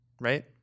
right